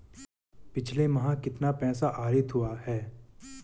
पिछले माह कितना पैसा आहरित हुआ है?